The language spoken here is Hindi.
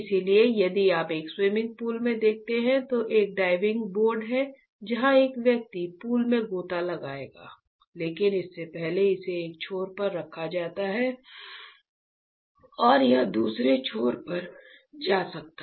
इसलिए यदि आपने एक स्विमिंग पूल में देखा है तो एक डाइविंग बोर्ड है जहां एक व्यक्ति पूल में गोता लगाएगा लेकिन इससे पहले इसे एक छोर पर रखा जाता है और यह दूसरे छोर पर जा सकता है